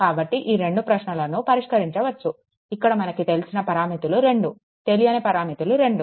కాబట్టి ఈ రెండు ప్రశ్నలను పరిష్కరించవచ్చు ఇక్కడ మనకి తెలిసిన పరామితులు రెండు తెలియని పరామితులు రెండు